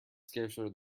scarcer